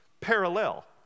Parallel